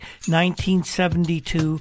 1972